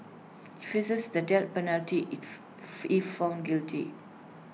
he faces the death penalty if if found guilty